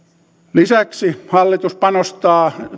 lisäksi hallitus panostaa